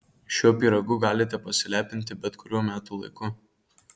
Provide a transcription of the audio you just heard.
šiuo pyragu galite pasilepinti bet kuriuo metų laiku